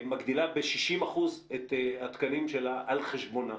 מגדילה ב-60 אחוזים את התקנים שלה על חשבונה.